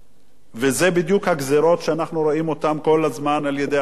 אלה בדיוק הגזירות שאנחנו רואים כל הזמן על-ידי הממשלה הזאת.